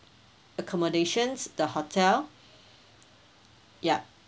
accommodations the hotel yup